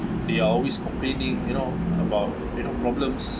they are always complaining you know about you know problems